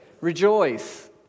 Rejoice